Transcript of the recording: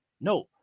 No